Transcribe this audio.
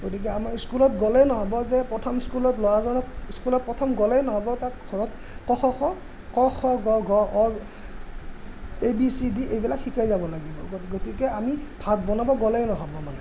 গতিকে আমাৰ স্কুলত গ'লে নহ'ব যে প্ৰথম স্কুলত ল'ৰাজনক স্কুলত প্ৰথম গ'লে নহ'ব তাক ঘৰত ক খ খ ক খ গ ঘ অ এ বি চি ডি এইবিলাক শিকাই যাব লাগিব গতিকে আমি ভাত বনাব গ'লেই নহ'ব মানে